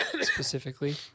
specifically